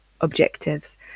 objectives